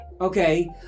Okay